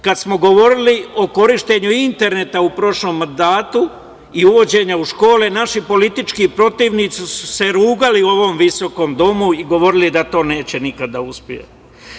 Kada smo govorili o korišćenju interneta u prošlom mandatu i uvođenja u škole, naši politički protivnici su se rugali u ovom visokom domu i govorili da to nikada neće da uspe.